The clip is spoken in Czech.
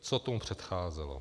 Co tomu předcházelo?